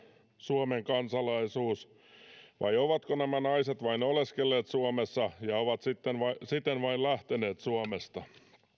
suomen kansalaisuus vai ovatko nämä naiset vain oleskelleet suomessa ja ovat siten vain lähteneet suomesta